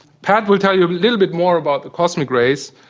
pat will tell you a little bit more about the cosmic rays,